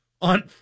on